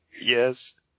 Yes